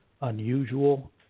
unusual